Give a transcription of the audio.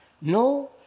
No